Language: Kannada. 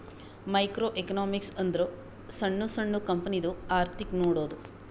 ಮೈಕ್ರೋ ಎಕನಾಮಿಕ್ಸ್ ಅಂದುರ್ ಸಣ್ಣು ಸಣ್ಣು ಕಂಪನಿದು ಅರ್ಥಿಕ್ ನೋಡದ್ದು